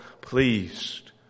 pleased